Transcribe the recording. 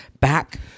back